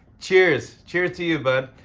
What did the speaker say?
cheers cheers to you, bud.